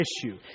issue